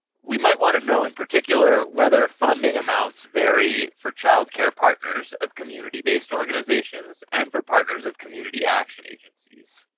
we might want to know in particular whether funding amounts vary for child care partners of community-based organizations and for partners of community action agencies.